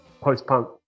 post-punk